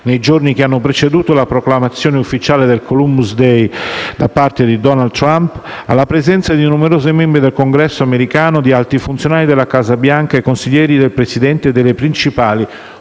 (nei giorni che hanno preceduto la proclamazione ufficiale del Columbus day da parte di Donald Trump), alla presenza di numerosi membri del Congresso americano, di alti funzionari della Casa Bianca e consiglieri del Presidente e delle principali